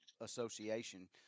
association